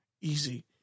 easy